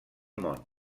món